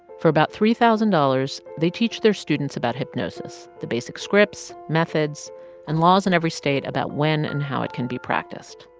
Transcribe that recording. for about three thousand dollars, they teach their students about hypnosis the basic scripts, methods and laws in every state about when and how it can be practiced.